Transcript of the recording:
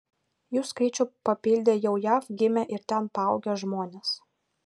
jų skaičių papildė jau jav gimę ir ten paaugę žmonės